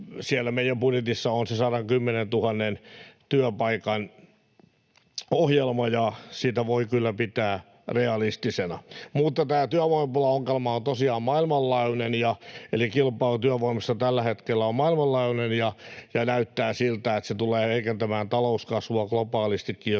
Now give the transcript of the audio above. meidän budjetissa on se 110 000 työpaikan ohjelma, ja sitä voi kyllä pitää realistisena. Mutta tämä työvoimapulaongelma on tosiaan maailmanlaajuinen, eli kilpailu työvoimasta on tällä hetkellä maailmanlaajuinen, ja näyttää siltä, että se tulee heikentämään talouskasvua globaalistikin, jos